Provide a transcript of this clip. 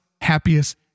happiest